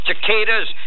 cicadas